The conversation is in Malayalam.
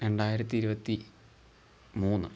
രണ്ടായിരത്തി ഇരുപത്തി മൂന്ന്